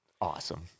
Awesome